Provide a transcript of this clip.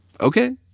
okay